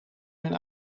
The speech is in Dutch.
mijn